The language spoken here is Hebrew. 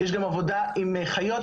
יש גם עבודה עם חיות.